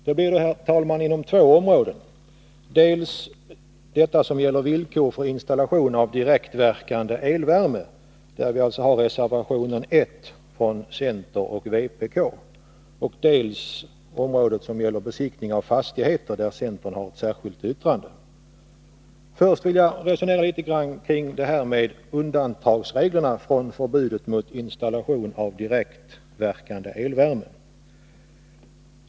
Jag skall alltså begränsa mig till två områden, dels det som gäller villkor för installation av direktverkande elvärme — dvs. reservation 1 från centern och vpk — dels området som gäller besiktning av fastigheter, där centern har ett särskilt yttrande. Först vill jag resonera litet grand kring undantagsreglerna från förbudet mot installation av direktverkande elvärme.